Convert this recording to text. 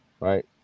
right